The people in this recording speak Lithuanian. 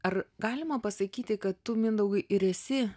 ar galima pasakyti kad tu mindaugai ir esi